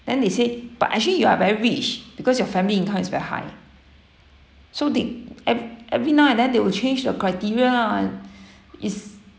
then they said but actually you are very rich because your family income is very high so they ev~ every now and then they will change the criteria lah and is